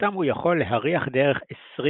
אותם הוא יכול להריח דרך 20